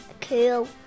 Cool